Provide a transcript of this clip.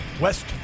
West